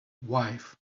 wife